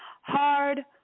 hard